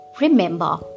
Remember